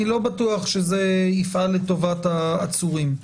אני לא בטוח שזה יפעל לטובת העצורים.